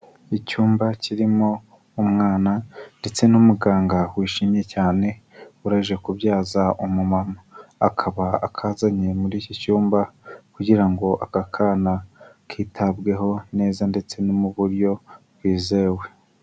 Icyumba kirimo umwana ndetse n'umuganga wishimye cyane urangije kubyaza umumama, akaba akazanye muri iki cyumba kugira ngo aka kana kitabweho neza ndetse no mu buryo bwizewe.